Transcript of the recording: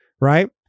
Right